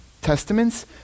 testaments